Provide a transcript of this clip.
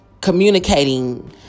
communicating